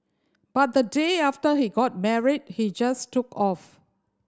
but the day after he got married he just took off